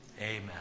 Amen